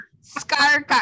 scar